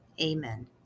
Amen